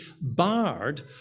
barred